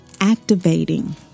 activating